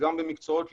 גם באמצעות ליבה,